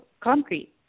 concrete